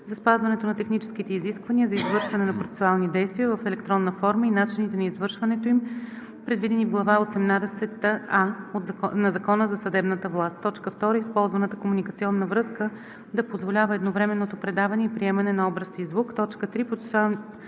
за спазването на техническите изисквания за извършване на процесуални действия в електронна форма и начините на извършването им, предвидени в глава осемнадесета „а“ на Закона за съдебната власт; 2. използваната комуникационна връзка да позволява едновременното предаване и приемане на образ и звук; 3.